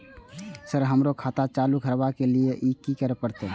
Sir हमरो खाता चालू करबाबे के ली ये की करें परते?